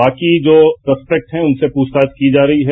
बाकी जो सस्पेक्ट हैं उनसे प्रछताछ की जा रही है